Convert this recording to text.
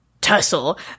tussle